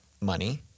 money